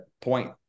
point –